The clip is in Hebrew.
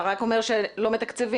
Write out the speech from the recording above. אתה רק אומר שלא מתקצבים.